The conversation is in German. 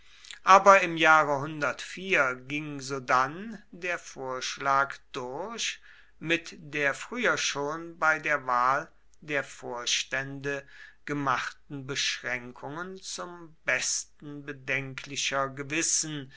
aber im jahre ging sodann der vorschlag durch mit der früher schon bei der wahl der vorstände gemachten beschränkungen zum besten bedenklicher gewissen